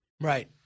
Right